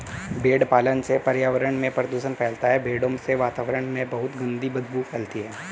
भेड़ पालन से पर्यावरण में प्रदूषण फैलता है भेड़ों से वातावरण में बहुत गंदी बदबू फैलती है